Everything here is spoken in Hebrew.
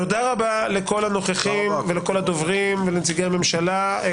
תודה רבה לכל הנוכחים ולכל הדוברים ולנציג הממשלה.